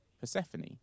Persephone